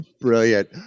Brilliant